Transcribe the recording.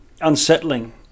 unsettling